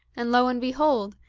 and lo and behold!